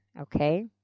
Okay